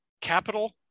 capital